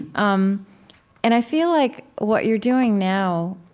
um and i feel like what you're doing now,